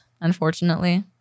unfortunately